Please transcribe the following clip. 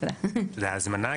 תודה על ההזמנה,